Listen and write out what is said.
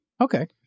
okay